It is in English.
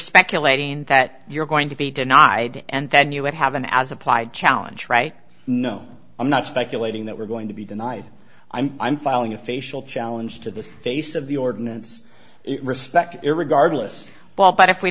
speculating that you're going to be denied and then you would have an as applied challenge right no i'm not speculating that we're going to be denied i'm filing a facial challenge to the face of the ordinance respect regardless well but if we